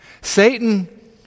Satan